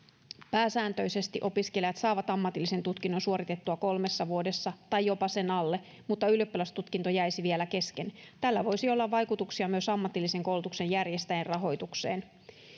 pääsääntöisesti opiskelijat saavat ammatillisen tutkinnon suoritettua kolmessa vuodessa tai jopa sen alle mutta ylioppilastutkinto jäisi vielä kesken tällä voisi olla vaikutuksia myös ammatillisen koulutuksen järjestäjien rahoitukseen